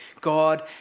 God